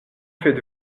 faites